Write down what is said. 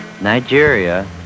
Nigeria